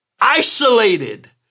Isolated